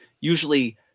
usually